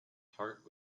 heart